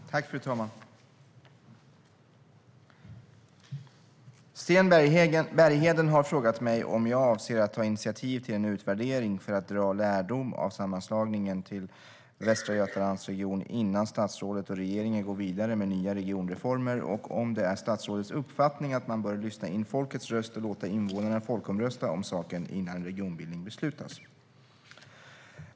Fru talman! Sten Bergheden har frågat mig om jag avser att ta initiativ till en utvärdering för att dra lärdom av sammanslagningen till Västra Götalands region innan statsrådet och regeringen går vidare med nya regionreformer och om det är statsrådets uppfattning att man bör lyssna in folkets röst och låta invånarna folkomrösta om saken innan en regionbildning beslutas.